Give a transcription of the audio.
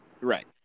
Right